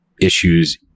issues